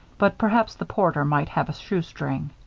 but perhaps the porter might have a shoestring.